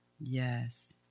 Yes